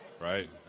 right